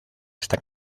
esta